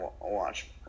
watch